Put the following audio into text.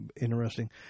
interesting